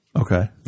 Okay